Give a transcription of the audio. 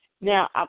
Now